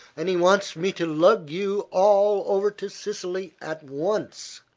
and he wants me to lug you all over to sicily at once.